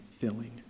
filling